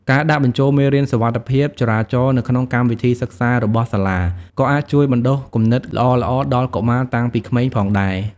ការដាក់បញ្ចូលមេរៀនសុវត្ថិភាពចរាចរណ៍ទៅក្នុងកម្មវិធីសិក្សារបស់សាលា ក៏អាចជួយបណ្ដុះគំនិតល្អៗដល់កុមារតាំងពីក្មេងផងដែរ។